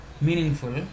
meaningful